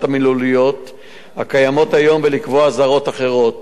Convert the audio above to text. המילוליות הקיימות היום ולקבוע אזהרות אחרות,